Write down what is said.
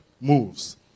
moves